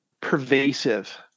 pervasive